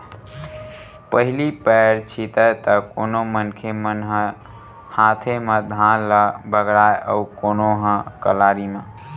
पहिली पैर छितय त कोनो मनखे मन ह हाते म धान ल बगराय अउ कोनो ह कलारी म